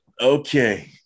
Okay